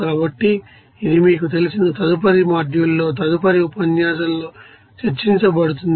కాబట్టి ఇది మీకు తెలిసిన తదుపరి మాడ్యూల్లో తదుపరి ఉపన్యాసంలో చర్చించబడుతుంది